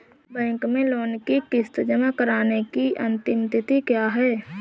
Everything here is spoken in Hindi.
बैंक में लोंन की किश्त जमा कराने की अंतिम तिथि क्या है?